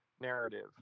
narrative